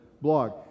blog